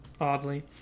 oddly